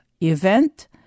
event